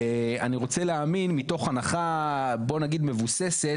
ואני רוצה להאמין מתוך הנחה בוא נגיד מבוססת